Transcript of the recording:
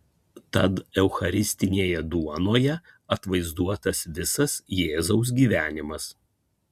tad eucharistinėje duonoje atvaizduotas visas jėzaus gyvenimas